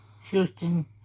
Houston